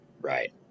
Right